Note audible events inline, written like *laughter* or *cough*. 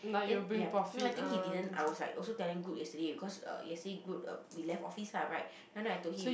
*unintelligible*